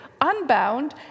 unbound